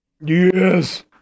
Yes